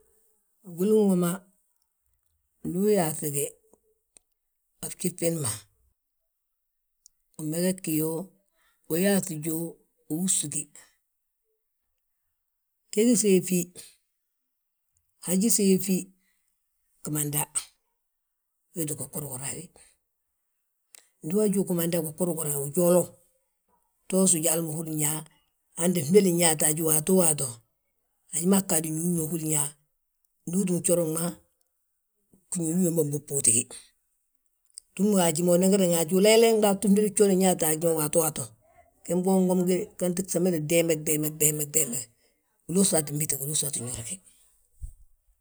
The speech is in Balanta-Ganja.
Gwilin woma ndu uyaaŧi gi, a gjif giindi ma, umeges gi yó, uyaaŧi gi yó, uwúsi gi. Gegi séefi, haji séefi gimanda, we wéeti gogori gorawi, ndu uhajiwi gimanda gogori gorawi ujoolo. To wi suj hala ma hírin yaa fndéli nyaata haj waatoo waato, haji maa ggaadi ñuñu ma húrin yaa, ndu utúm gjooraŋ ma, ñuñu hamba mbóbootigi. Túmwi haji, ulayilayi wi gdúba tu fndéli fjooli nyaanta haj waatoo waato, gembe uwomgi ganti somen gdeeme gdeeme, gdeeme, gdeeme, wiloosaa ggin métigi, wiloosaa ttin yorigi.